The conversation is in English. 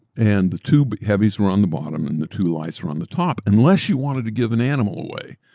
and the two but heavies were on the bottom and the two lights are on the top, unless you wanted to give an animal away,